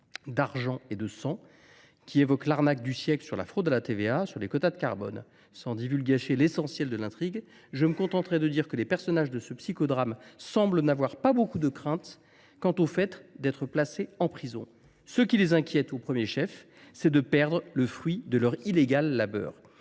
de Fabrice Arfi,, qui évoque l’arnaque du siècle, la fraude à la TVA sur les quotas de carbone. Pour ne pas divulgâcher l’essentiel de l’intrigue, je me contenterai de dire que les personnages de ce psychodrame semblent n’avoir pas beaucoup de craintes quant au fait d’être incarcérés : ce qui les inquiète au premier chef, c’est de perdre le fruit de leur illégal labeur.